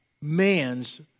man's